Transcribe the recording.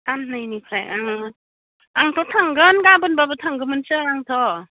साननैनिफ्राय ओं आंथ' थांगोन गाबोनब्लाबो थांगोमोनसो आंथ'